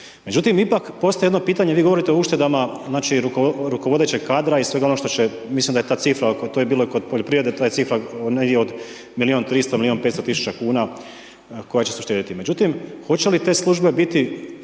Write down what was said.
Međutim, ipak postoji jedno pitanje vi govorite o uštedama znači rukovodećeg kadra i svega onoga što će, mislim da je ta cifra, to je bilo i kod poljoprivrede, to cifra negdje od milion 300, milion 500 tisuća kuna koja će se uštedjeti, međutim hoće li te službe biti